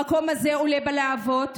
המקום הזה עולה בלהבות.